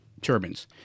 turbines